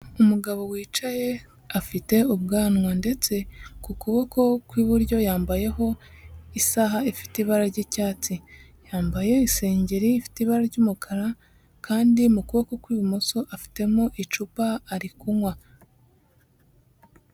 Umugabo wicaye afite ubwanwa. Ndetse ku kuboko kw'iburyo yambayeho isaha ifite ibara ry'icyatsi, yambaye isengeri ifite ibara ry'umukara kandi mu kuboko kw'ibumoso afitemo icupa ari kunywa.